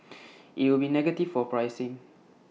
IT would be negative for pricing